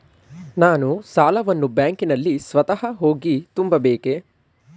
ನಾನು ಸಾಲವನ್ನು ಬ್ಯಾಂಕಿನಲ್ಲಿ ಸ್ವತಃ ಹೋಗಿ ತುಂಬಬೇಕೇ?